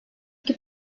iki